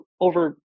over